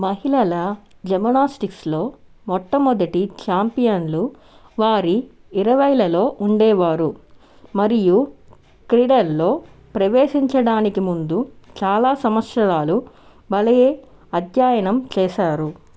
మహిళల జిమ్నాస్టిక్స్లో మొట్టమొదటి ఛాంపియన్లు వారి ఇరవైలలో ఉండేవారు మరియు క్రీడల్లో ప్రవేశించడానికి ముందు చాలా సంవత్సరాలు భలే అధ్యయనం చేశారు